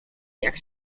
jak